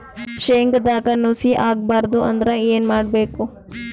ಶೇಂಗದಾಗ ನುಸಿ ಆಗಬಾರದು ಅಂದ್ರ ಏನು ಮಾಡಬೇಕು?